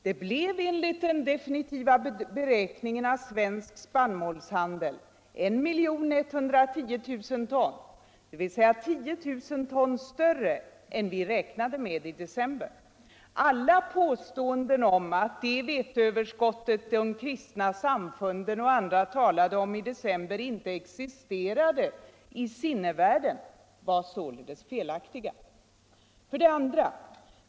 Det blev enligt den definitiva beräkningen av Svensk Spannmålshandel 1 110 000 ton, dvs. 10 000 ton större än vi räknade med i december. Alla påståenden om att det veteöverskott som de kristna samfunden och andra talade om i december inte existerade i sinnevärlden var således felaktiga. 2.